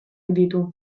ditu